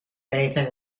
anything